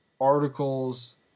articles